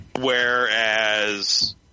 Whereas